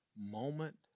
moment